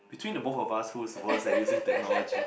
between the both of us who's worse at using technology